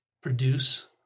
produce